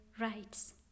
rights